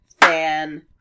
fan